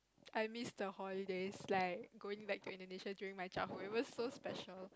I miss the holidays like going back to Indonesia during my childhood it was so special